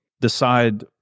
decide